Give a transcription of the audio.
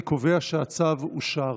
אני קובע שהצו אושר.